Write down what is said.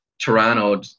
Toronto